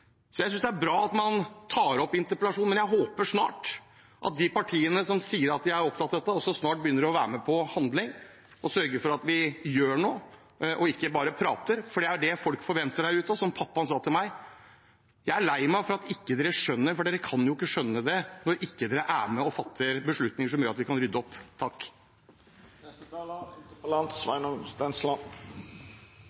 jeg. Jeg synes det er bra at man tar opp interpellasjonene, men jeg håper at de partiene som sier at de er opptatt av dette, snart blir med på handling, sørger for at vi gjør noe og ikke bare prater. Det er det folk der ute forventer. Og som pappaen sa til meg: Jeg er lei meg fordi dere ikke skjønner, for dere kan jo ikke skjønne når dere ikke fatter beslutninger som kan rydde opp. Etter forrige taler kan det være hyggelig å minne om at vi